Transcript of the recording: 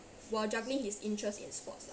while juggling his interest in sports